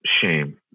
Shame